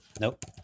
Nope